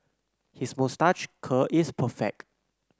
his moustache curl is perfect